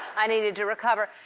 i needed to recover.